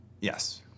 Yes